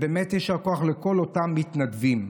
באמת יישר כוח לכל אותם מתנדבים.